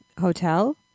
hotel